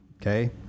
okay